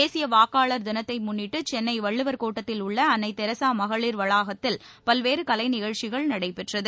தேசிய வாக்காளர் தினத்தை முன்னிட்டு சென்னை வள்ளுவர் கோட்டத்தில் உள்ள அன்னை தெரசா மகளிர் வளாகத்தில் பல்வேறு கலைநிகழ்ச்சிகள் நடைபெற்றது